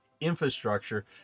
infrastructure